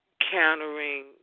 countering